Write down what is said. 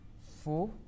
four